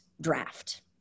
draft